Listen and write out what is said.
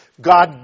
God